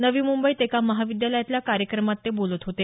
नवी मुंबईत एका महाविद्यालयातल्या कार्यक्रमात ते बोलत होते